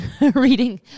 reading